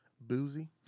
boozy